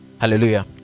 hallelujah